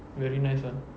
very nice [one]